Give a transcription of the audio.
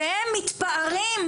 והם מתפארים,